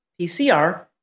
PCR